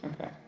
Okay